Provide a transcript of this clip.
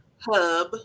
hub